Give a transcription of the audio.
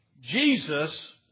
Jesus